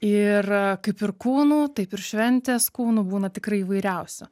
ir kaip ir kūnų taip ir šventės kūnų būna tikrai įvairiausių